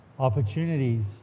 Opportunities